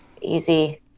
easy